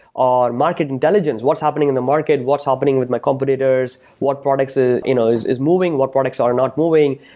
or market intelligence. what's happening in the market? what's happening with my competitors? what products ah you know is is moving? what products are not moving?